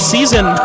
Season